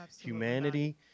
humanity